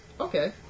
Okay